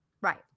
Right